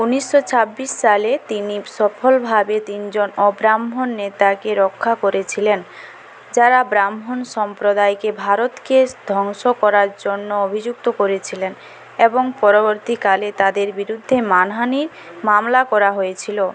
ঊনিশশো ছাব্বিশ সালে তিনি সফলভাবে তিনজন অব্রাহ্মণ নেতাকে রক্ষা করেছিলেন যারা ব্রাহ্মণ সম্প্রদায়কে ভারতকে ধ্বংস করার জন্য অভিযুক্ত করেছিলেন এবং পরবর্তীকালে তাদের বিরুদ্ধে মানহানির মামলা করা হয়েছিল